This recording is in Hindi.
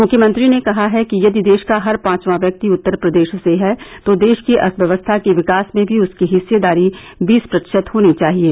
मुख्यमंत्री ने कहा है कि यदि देष का हर पांचवां व्यक्ति उत्तर प्रदेष से है तो देष की अर्थव्यवस्था के विकास में भी उसकी हिस्सेदारी बीस प्रतिषत होनी चाहिये